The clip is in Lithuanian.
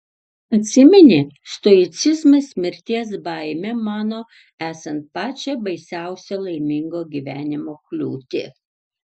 atsimeni stoicizmas mirties baimę mano esant pačią baisiausią laimingo gyvenimo kliūtį